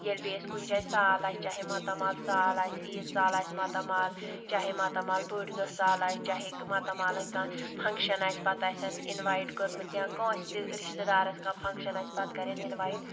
ییٚلہِ بیٚیہِ اَسہِ کُنہِ جایہِ سال آسہِ چاہے ماتامال سال آسہِ عیٖز سال آسہِ ماتامال چاہے ماتامال بٔڑۍ دۄہ سال آسہِ چاہے ماتامال وۄنۍ کانٛہہ فنٛگشن آسہِ پَتہٕ آسن اِنوَایِٹ کٔرمٕژ یا کٲنٛسہِ تہِ رِشتہٕ دارَس کانٛہہ فنٛگشن آسہِ پَتہٕ کَرن اِنوایِٹ